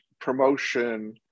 promotion